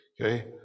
Okay